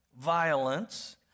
violence